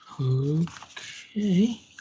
okay